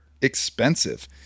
expensive